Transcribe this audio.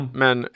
men